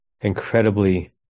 incredibly